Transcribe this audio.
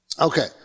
Okay